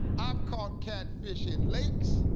i've caught catfish in lakes.